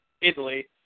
Italy